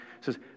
says